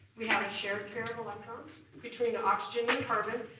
we have a shared pair of electrons between oxygen and carbon.